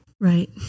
Right